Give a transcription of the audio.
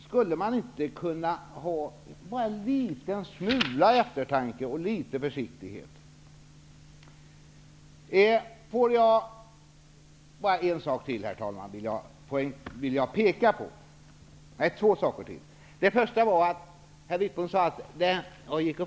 Skulle man inte kunna ägna sig åt åtminstone en smula eftertanke och vara litet försiktig!